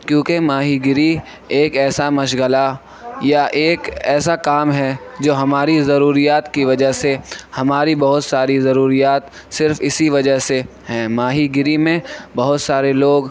کیونکہ ماہی گیری ایک ایسا مشغلہ یا ایک ایسا کام ہے جو ہماری ضروریات کی وجہ سے ہماری بہت ساری ضروریات صرف اسی وجہ سے ہیں ماہی گیری میں بہت سارے لوگ